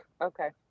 okay